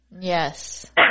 Yes